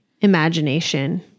Imagination